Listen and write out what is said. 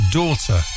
daughter